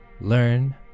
learn